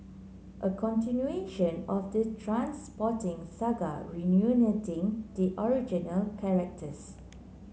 a continuation of the Trainspotting saga reuniting the original characters